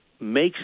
makes